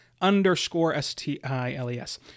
underscore-S-T-I-L-E-S